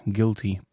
Guilty